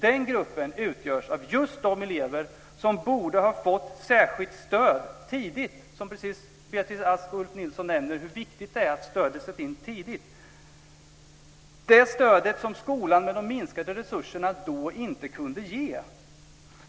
Den gruppen utgörs av just de elever som borde ha fått särskilt stöd tidigt. Beatrice Ask och Ulf Nilsson nämner just hur viktigt det är att stödet sätts in tidigt. Det var det stöd som skolan, med de minskade resurserna, då inte kunde ge.